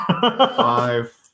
Five